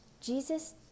Jesus